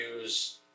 use